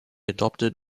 adopted